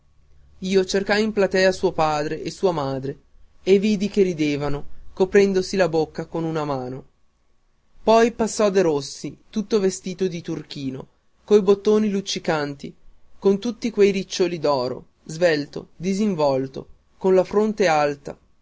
io cercai in platea suo padre e sua madre e vidi che ridevano coprendosi la bocca con una mano poi passò derossi tutto vestito di turchino coi bottoni luccicanti con tutti quei riccioli d'oro svelto disinvolto con la fronte alta